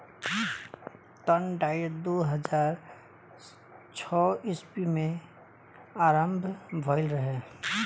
ऋण डाइट दू हज़ार छौ ईस्वी में आरंभ भईल रहे